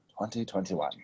2021